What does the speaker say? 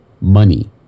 Money